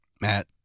Matt